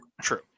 True